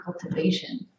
cultivation